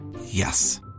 Yes